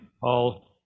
Paul